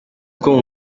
two